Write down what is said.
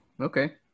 okay